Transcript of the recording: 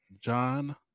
John